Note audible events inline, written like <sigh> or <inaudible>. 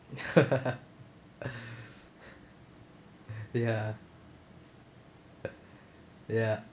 <laughs> ya <laughs> ya